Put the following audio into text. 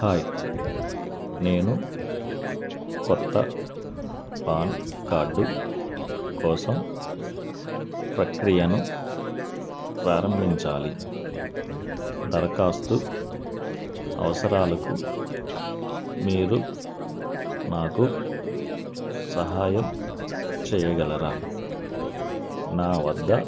hi నేను కొత్త PAN card కోసం ప్రక్రియను ప్రారంభించాలి దరఖాస్తు అవసరాలకు మీరు నాకు సహాయం చేయగలరా నా వద్ద